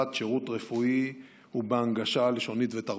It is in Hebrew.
שירות רפואי ובהנגשה לשונית ותרבותית.